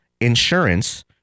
insurance